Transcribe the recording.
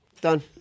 Done